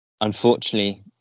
Unfortunately